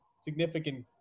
significant